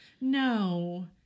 no